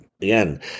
again